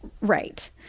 Right